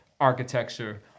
architecture